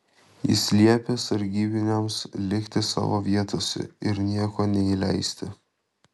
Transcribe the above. jis liepė sargybiniams likti savo vietose ir nieko neįleisti